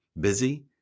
busy